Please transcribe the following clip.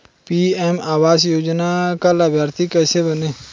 PM Awas Yojana का लाभर्ती कैसे बनें?